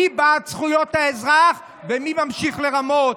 מי בעד זכויות האזרח ומי ממשיך לרמות,